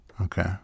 Okay